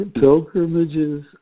pilgrimages